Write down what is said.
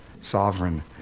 sovereign